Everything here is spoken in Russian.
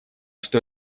что